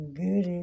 good